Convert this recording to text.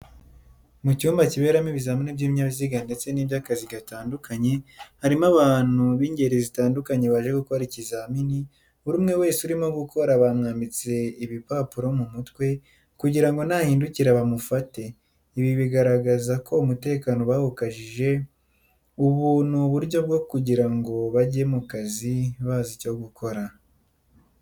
Mu cyumba kiberamo ibizamini by'ibinyabiga ndetse n'iby'akazi gatandukanye, harimo abantu b'ingeri zitandukanye baje gukora ikizamini, buri umwe wese urimo gukora bamwambitse ibipapuro mu mutwe kugira ngo nahindukira bamufate, ibi bigaragaza ko umutekano bawukajije, ubu ni uburyo bwo kugira ngo bajye mu kazi bazi icyo gukora.